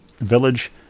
village